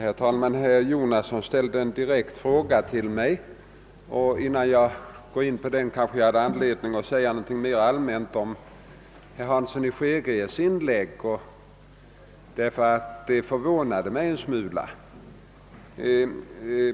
Herr talman! Herr Jonasson ställde en direkt fråga till mig, men innan jag besvarar den vill jag säga något mer allmänt beträffande herr Hanssons i Skegrie inlägg, eftersom det förvånade mig en smula.